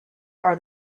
are